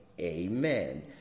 amen